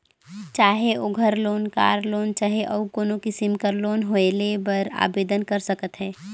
चाहे ओघर loan, car loan चहे अउ कोनो किसिम कर लोन होए लेय बर आबेदन कर सकत ह